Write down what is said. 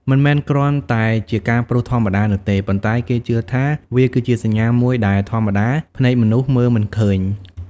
មិនមែនគ្រាន់តែជាការព្រុសធម្មតានោះទេ ប៉ុន្តែគេជឿថាវាគឺជាសញ្ញាមួយដែលធម្មតាភ្នែកមនុស្សមើលមិនឃើញ។